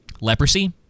leprosy